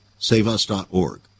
saveus.org